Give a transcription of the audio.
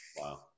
Wow